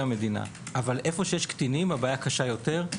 המדינה אבל איפה שיש קטינים הבעיה קשה יותר,